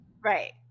Right